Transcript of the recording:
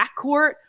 backcourt